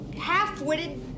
half-witted